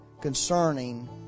concerning